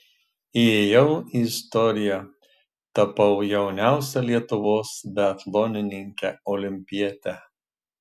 įėjau į istoriją tapau jauniausia lietuvos biatlonininke olimpiete